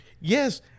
Yes